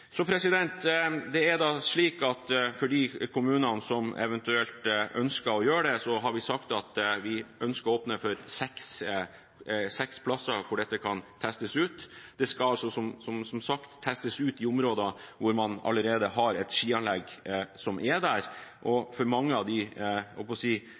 For de kommunene som eventuelt ønsker å gjøre det, har vi sagt at vi ønsker å åpne for seks plasser hvor dette kan testes ut. Det skal som sagt testes ut i områder hvor man allerede har et skianlegg, og for mange av de skianleggene er man i områdene utenfor løypene allikevel med tråkkemaskin. Per i dag har man altså ikke lov til å